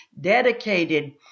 dedicated